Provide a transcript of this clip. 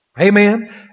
Amen